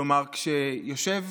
כלומר, כשיושב